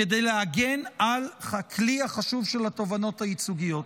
כדי להגן על הכלי החשוב של התובענות הייצוגיות.